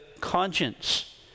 conscience